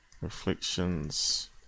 reflections